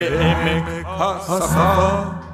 תהי מבכה, סבבה